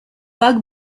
bug